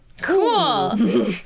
Cool